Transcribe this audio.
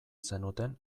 zenuten